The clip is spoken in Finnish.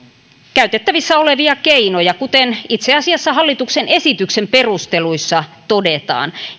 käytettävissä olevia keinoja kuten itse asiassa hallituksen esityksen perusteluissa todetaan